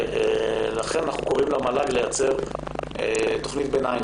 לכן אנחנו קוראים למל"ג לייצר תוכנית ביניים